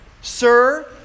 Sir